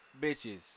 bitches